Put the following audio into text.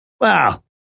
Wow